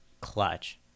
clutch